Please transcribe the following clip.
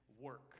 work